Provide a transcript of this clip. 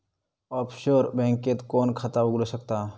Offshore बँकेत कोण खाता उघडु शकता?